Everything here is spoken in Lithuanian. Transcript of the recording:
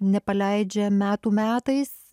nepaleidžia metų metais